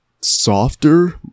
softer